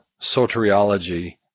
soteriology